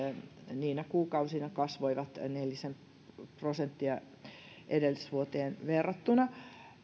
niinä kuukausina kasvoivat nelisen prosenttia edellisvuoteen verrattuna